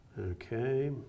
Okay